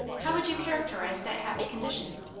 how would you characterize that happy condition?